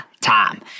time